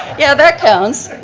yeah that counts,